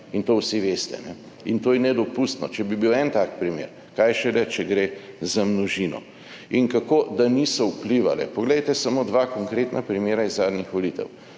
in to vsi veste in to je nedopustno, če bi bil en tak primer, kaj šele, če gre za množin. In kako, da niso vplivale, poglejte samo dva konkretna primera iz zadnjih volitev.